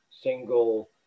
single